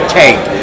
take